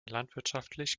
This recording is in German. landwirtschaftlich